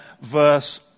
verse